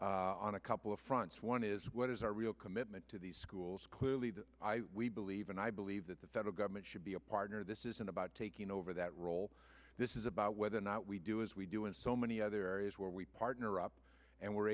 on a couple of fronts one is what is our real commitment to these schools clearly that we believe and i believe that the federal government should be a partner this isn't about taking over that role this is about whether or not we do as we do in so many other areas where we partner up and we're